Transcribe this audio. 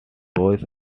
boys